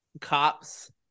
cops